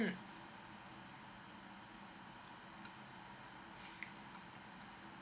mm